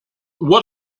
what